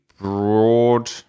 broad